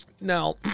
Now